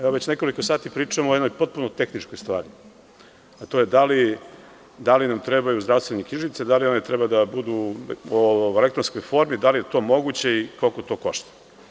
Evo već nekoliko sati pričamo o jednoj potpunoj tehničkoj stvari, a to je da li nam trebaju zdravstvene knjižice, da li one treba da budu u elektronskoj formi, da li je to moguće i koliko to košta.